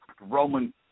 Roman